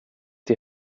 die